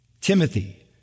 Timothy